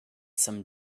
some